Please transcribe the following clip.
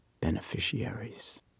beneficiaries